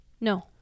No